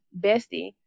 bestie